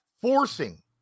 forcing